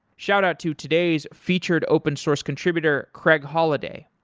shout out to today's featured open source contributor, craig holiday.